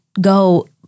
go